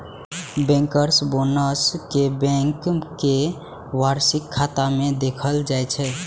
bankers bonus कें bank के वार्षिक खाता मे देखाएल जाइ छै